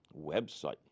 website